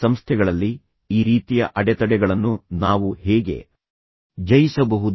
ಸಂಸ್ಥೆಗಳಲ್ಲಿ ಈ ರೀತಿಯ ಅಡೆತಡೆಗಳನ್ನು ನಾವು ಹೇಗೆ ಜಯಿಸಬಹುದು